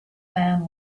man